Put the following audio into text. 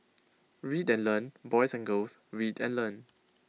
read and learn boys and girls read and learn